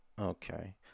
Okay